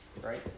right